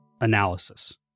analysis